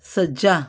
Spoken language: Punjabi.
ਸੱਜਾ